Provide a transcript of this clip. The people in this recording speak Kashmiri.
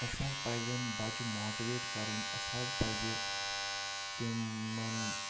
اَسہِ حظ پَزن بَچہِ ماٹِویٹ کَرٕنۍ اَسہِ حظ پَزِ تِمن